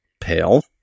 pale